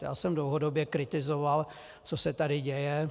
Já jsem dlouhodobě kritizoval, co se tady děje.